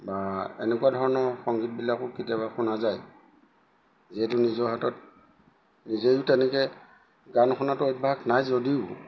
বা এনেকুৱা ধৰণৰ সংগীতবিলাকো কেতিয়াবা শুনা যায় যিহেতু নিজৰ হাতত নিজেও তেনেকৈ গান শুনাটো অভ্যাস নাই যদিও